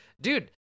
Dude